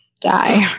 die